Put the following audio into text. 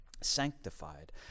sanctified